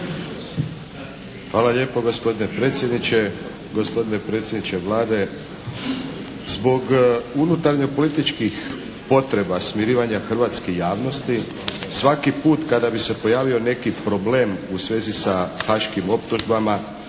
Hvala lijepo gospodine predsjedniče, gospodine predsjedniče Vlade! Zbog unutarnjih političkih potreba smirivanja hrvatske javnosti, svaki put kada bi se pojavio neki problem u svezi sa haškim optužbama